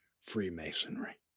Freemasonry